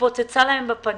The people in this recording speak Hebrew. התפוצצה להם בפנים.